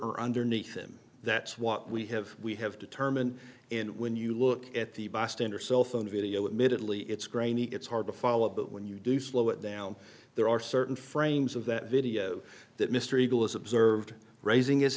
or underneath him that's what we have we have determined and when you look at the bystander cellphone video admittedly it's grainy it's hard to follow but when you do slow it down there are certain frames of that video that mr eagle is observed raising his